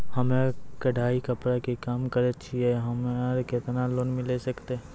हम्मे कढ़ाई कपड़ा के काम करे छियै, हमरा केतना लोन मिले सकते?